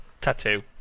tattoo